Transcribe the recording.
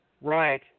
Right